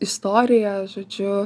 istoriją žodžiu